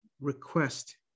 request